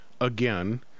Again